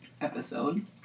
episode